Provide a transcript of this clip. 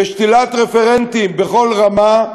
ושתילת רפרנטים בכל רמה,